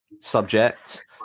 subject